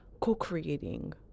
co-creating